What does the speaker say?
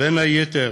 בין היתר,